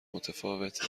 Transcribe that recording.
متفاوته